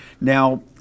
Now